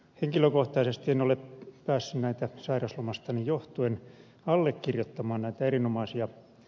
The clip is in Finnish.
henkilökohtaisesti en ole päässyt sairauslomastani johtuen allekirjoittamaan näitä erinomaisia ed